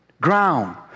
ground